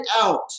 out